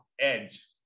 edge